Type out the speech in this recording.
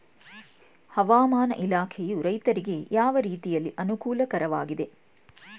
ಹವಾಮಾನ ಇಲಾಖೆಯು ರೈತರಿಗೆ ಯಾವ ರೀತಿಯಲ್ಲಿ ಅನುಕೂಲಕರವಾಗಿದೆ?